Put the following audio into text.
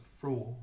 fraud